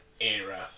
era